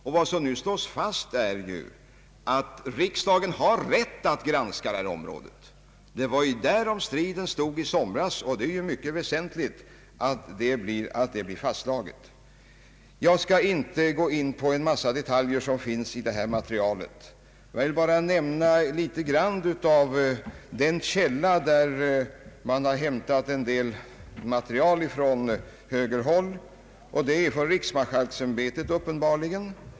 Men vad som nu slås fast är ju att riksdagen har rätt att granska även detta område. Det var därom striden stod i somras, och det är mycket väsentligt att granskningsrätten blir fastslagen. Jag skall inte gå in på den mängd detaljer som finns i detta material. Jag vill bara nämna den källa, där de moderata tycks ha hämtat en del material, nämligen riksmarskalksämbetet.